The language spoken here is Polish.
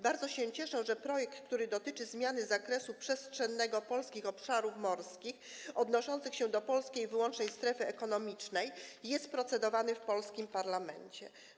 Bardzo się cieszę, że projekt, który dotyczy zmiany zakresu przestrzennego polskich obszarów morskich odnoszących się do polskiej wyłącznej strefy ekonomicznej, jest procedowany w polskim parlamencie.